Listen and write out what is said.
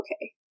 okay